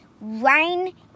Rain